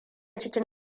cikin